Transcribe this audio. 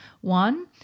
One